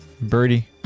Birdie